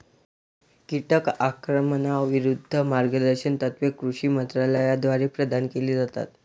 कीटक आक्रमणाविरूद्ध मार्गदर्शक तत्त्वे कृषी मंत्रालयाद्वारे प्रदान केली जातात